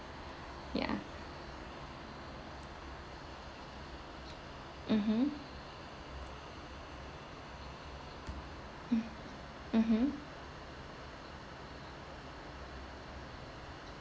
ya mmhmm uh mmhmm